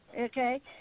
okay